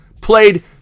played